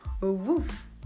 Woof